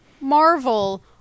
Marvel